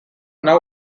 now